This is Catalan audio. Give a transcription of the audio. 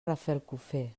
rafelcofer